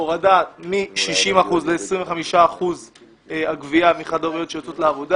הורדה מ-60% ל-25% על גבייה מחד-הוריות שיוצאות לעבודה.